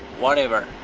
whatever.